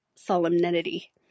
solemnity